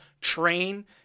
train